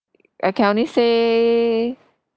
I can only say